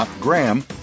Graham